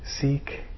seek